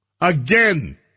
Again